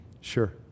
Sure